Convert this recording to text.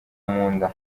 munda